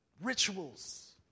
rituals